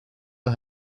for